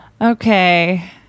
Okay